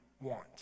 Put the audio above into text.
want